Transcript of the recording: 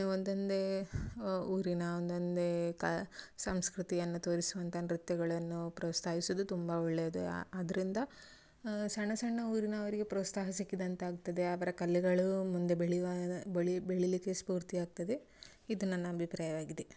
ಒಂದೊಂದೇ ಊರಿನ ಒಂದೊಂದೇ ಕಾ ಸಂಸ್ಕೃತಿಯನ್ನು ತೋರಿಸುವಂಥ ನೃತ್ಯಗಳನ್ನು ಪ್ರೋತ್ಸಾಯಿಸೋದು ತುಂಬ ಒಳ್ಳೇದು ಅದರಿಂದ ಸಣ್ಣ ಸಣ್ಣ ಊರಿನವರಿಗೆ ಪ್ರೋತ್ಸಾಹ ಸಿಕ್ಕಿದಂತೆ ಆಗ್ತದೆ ಅವರ ಕಲೆಗಳೂ ಮುಂದೆ ಬೆಳೆಯುವ ನ ಬಳೀ ಬೆಳೀಲಿಕ್ಕೆ ಸ್ಫೂರ್ತಿ ಆಗ್ತದೆ ಇದು ನನ್ನ ಅಭಿಪ್ರಾಯವಾಗಿದೆ